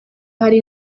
hari